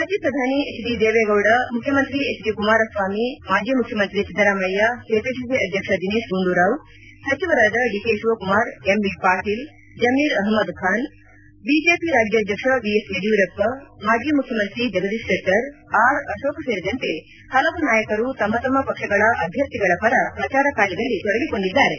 ಮಾಜಿ ಪ್ರಧಾನಿ H D Deve Gowda ಮುಖ್ಯಮಂತ್ರಿ ಎಚ್ ಡಿ ಕುಮಾರಸ್ವಾಮಿ ಮಾಜಿ ಮುಖ್ಯಮಂತ್ರಿ ಒದ್ದರಾಮಯ್ಯ ಕೆಪಿಸಿ ಅಧ್ಯಕ್ಷ ದಿನೇಶ್ ಗುಂಡೂರಾವ್ ಸಚಿವರಾದ D K Shivakumar M B Patil Zameer Ahmed Khan BJP ರಾಜ್ಯಾಧ್ವಕ್ಷ ಬಿ ಎಸ್ ಯಡಿಯೂರಪ್ಪ ಮಾಜಿ ಮುಖ್ಯಮಂತ್ರಿ ಜಗದೀಶ್ ಶೆಟ್ಟರ್ ಆರ್ ಅಕೋಕ್ ಸೇರಿದಂತೆ ಹಲವು ನಾಯಕರು ತಮ್ಮ ತಮ್ಮ ಪಕ್ಷಗಳ ಅಭ್ಯರ್ಥಿಗಳ ಪರ ಪ್ರಚಾರ ಕಾರ್ಯದಲ್ಲಿ ತೊಡಗಿಕೊಂಡಿದ್ದಾರೆ